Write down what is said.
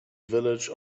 village